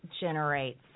generates